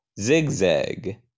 Zigzag